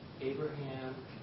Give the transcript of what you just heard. Abraham